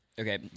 okay